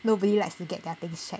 nobody likes to get their things checked